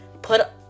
put